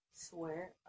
swear